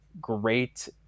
great